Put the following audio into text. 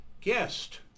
Guest